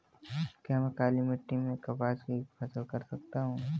क्या मैं काली मिट्टी में कपास की फसल कर सकता हूँ?